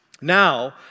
Now